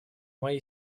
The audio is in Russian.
моей